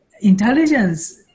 intelligence